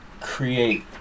create